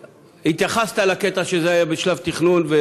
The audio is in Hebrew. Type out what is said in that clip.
התייחסת לקטע שזה היה בשלב תכנון,